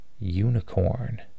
unicorn